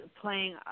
playing